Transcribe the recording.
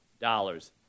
dollars